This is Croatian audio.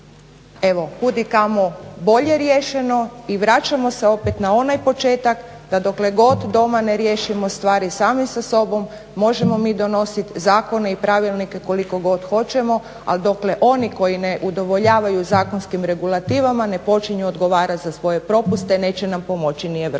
evo kud i kamo bolje riješeno i vraćamo se opet na onaj početak da dokle god doma ne riješimo stvari sami sa sobom možemo mi donositi zakone i pravilnike koliko god hoćemo ali dokle oni koji ne udovoljavaju zakonskim regulativama ne počinju odgovarati za svoje propuste neće nam pomoći ni Europa.